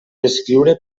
descriure